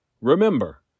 remember